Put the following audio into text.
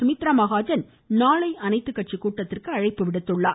சுமித்ரா மகாஜன் நாளை அனைத்துக்கட்சி கூட்டத்திற்கு அழைப்பு விடுத்துள்ளார்